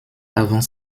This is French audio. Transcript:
avant